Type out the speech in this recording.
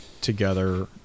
together